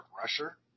rusher